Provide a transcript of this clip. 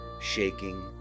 shaking